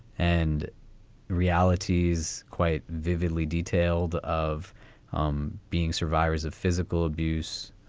and realities quite vividly detailed of um being survivors of physical abuse,